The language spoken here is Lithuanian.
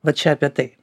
va čia apie tai